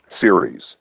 series